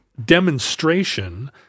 demonstration